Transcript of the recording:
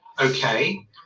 Okay